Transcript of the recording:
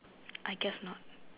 I guess not